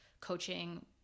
coaching